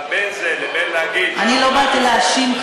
אבל בין זה לבין להגיד שאף אחד אני לא באתי להאשים,